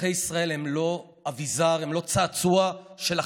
ואזרחי ישראל הם לא אביזר, הם לא צעצוע שלכם.